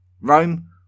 Rome